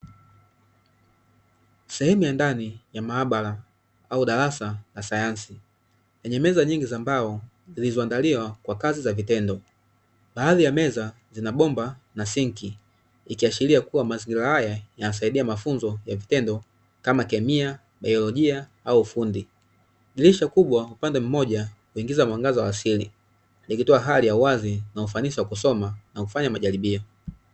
Sehemu ya ndani ya maabara au darasa la sayansi lenye meza nyingi za mbao zilizoandaliwa kwa kazi za vitendo. Baadhi ya meza zina bomba na sinki ikiashiria kuwa mazingira haya yanasaidia mafunzo ya vitendo kama kemia, baiolojia au ufundi. Dirisha kubwa upande mmoja huingiza mwangaza wa asili, ikitoa hali ya uwazi na ufanisi wa kusoma na kufanya majaribio.